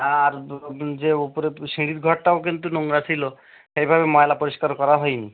আর দু দু যে ওপরের সিঁড়ির ঘরটাও কিন্তু নোংরা ছিলো এইভাবে ময়লা পরিষ্কার করা হয় নি